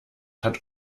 hat